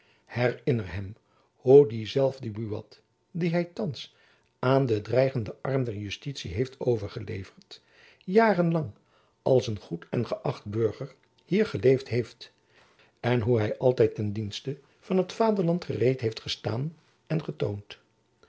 hem hoe diezelfde buat dien hy thands aan den dreigenden arm der justitie heeft overgeleverd jaren lang als een goed en geächt burger hier geleefd heeft hoe hy altijd ten dienste van t vaderland gereed heeft gestaan en getoond